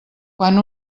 quan